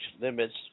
limits